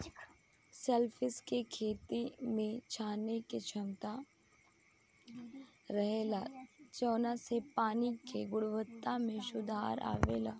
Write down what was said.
shellfish के खेती में छाने के क्षमता रहेला जवना से पानी के गुणवक्ता में सुधार अवेला